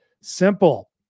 simple